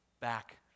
back